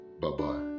Bye-bye